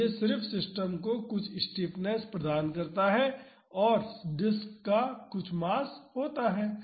तो यह सिर्फ सिस्टम को कुछ स्टिफनेस प्रदान करता है और डिस्क का कुछ मास होता है